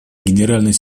генеральный